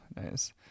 nice